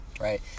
right